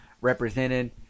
represented